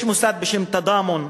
יש מוסד בשם "תדאמון",